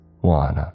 One